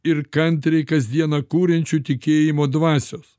ir kantriai kasdieną kuriančių tikėjimo dvasios